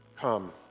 come